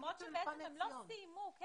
למרות שבעצם הם לא סיימו את הלימודים.